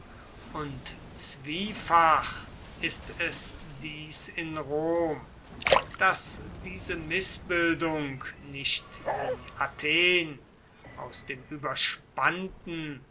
und zwiefach ist es dies in rom das diese mißbildung nicht wie athen aus dem überspannten